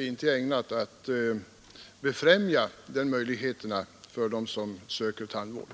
inte ägnad att befordra ett sådant val för dem som söker tandvård.